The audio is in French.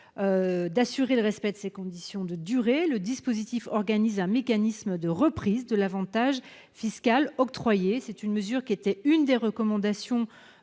d'assurer le respect de cette condition de durée, le dispositif organise un mécanisme de reprise de l'avantage fiscal octroyé. Cette mesure était l'une des recommandations